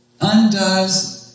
undoes